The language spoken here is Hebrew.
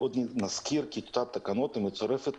עוד נזכיר כי טיוטת התקנות המצורפת